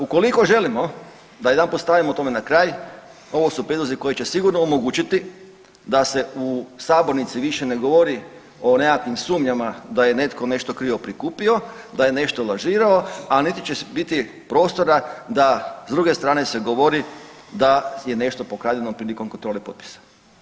Ukoliko želimo da jedanput stanemo tome na kraju ovo su prijedlozi koji će sigurno omogućiti da se u sabornici više ne govori o nekakvim sumnjama da je netko nešto krivo prikupio, da je nešto lažirao niti će biti prostora da s druge strane se govori da je nešto pokradeno priliko kontrole potpisa.